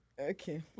Okay